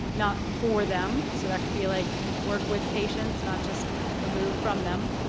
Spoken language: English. not for them so, that could be like, work with patients, not just remove from them.